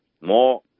more